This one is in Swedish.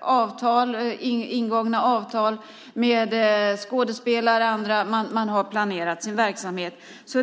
avtal, man har ingångna avtal med skådespelare och andra, och man har planerat sin verksamhet.